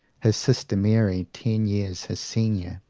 his sister mary, ten years his senior,